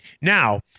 Now